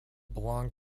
belonged